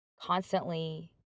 constantly